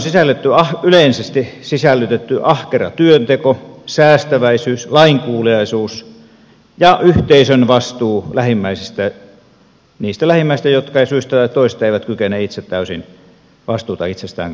luterilaiseen moraaliin on yleisesti sisällytetty ahkera työnteko säästäväisyys lainkuuliaisuus ja yhteisön vastuu lähimmäisistä niistä lähimmäisistä jotka eivät syystä tai toisesta kykene itse täysin vastuuta itsestään kantamaan